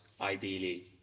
ideally